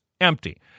empty